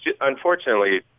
unfortunately